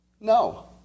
No